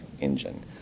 engine